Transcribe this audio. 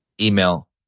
email